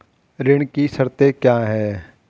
ऋण की शर्तें क्या हैं?